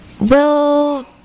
We'll